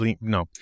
No